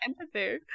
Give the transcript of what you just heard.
empathy